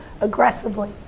aggressively